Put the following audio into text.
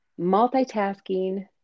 multitasking